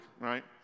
right